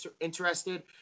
interested